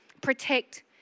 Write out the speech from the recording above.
protect